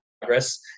progress